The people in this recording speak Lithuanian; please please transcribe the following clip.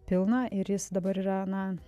pilna ir jis dabar yra na